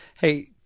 Hey